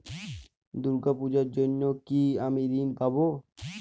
দুর্গা পুজোর জন্য কি আমি ঋণ পাবো?